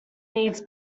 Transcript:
needs